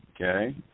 Okay